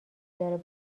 داره